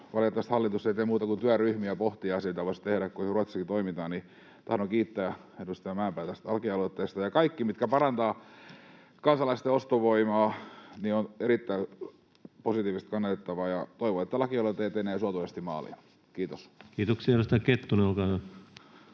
valitettavasti hallitus ei tee muuta kuin työryhmiä ja pohtii asioita. Voisi tehdä, kuten Ruotsissakin toimitaan. Tahdon kiittää edustaja Mäenpäätä tästä lakialoitteesta. Kaikki, mikä parantaa kansalaisten ostovoimaa, on erittäin positiivista ja kannatettavaa. Toivon, että lakialoite etenee suotuisasti maaliin. — Kiitos. [Speech